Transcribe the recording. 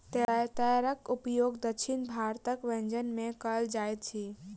तेतैरक उपयोग दक्षिण भारतक व्यंजन में कयल जाइत अछि